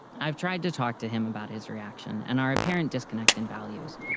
i've tried to talk to him about his reaction and our apparent disconnect in values,